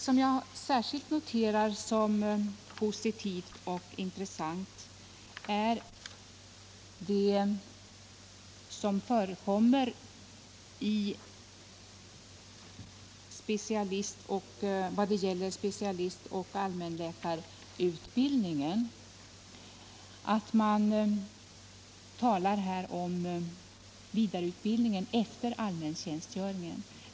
Vad jag särskilt noterar som positivt och intressant när det gäller specialistoch allmänläkarutbildningen är att det här talas om vidareutbildning efter allmäntjänstgöringen.